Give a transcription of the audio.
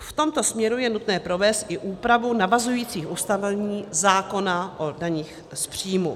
V tomto směru je nutné provést i úpravu navazujících ustanovení zákona o daních z příjmů.